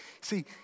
See